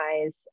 guys